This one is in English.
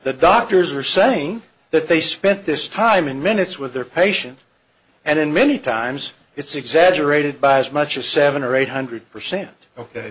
that doctors are saying that they spent this time in minutes with their patients and in many times it's exaggerated by as much as seven or eight hundred percent o